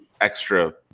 extra